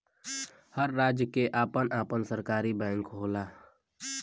हर राज्य के आपन आपन सरकारी बैंक होला